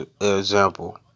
example